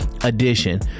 edition